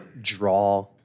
draw